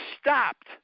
stopped